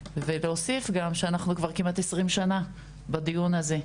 ולהוסיף גם שאנחנו כבר כמעט 20 שנים בדיון הזה.